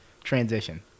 transition